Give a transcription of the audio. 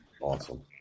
Awesome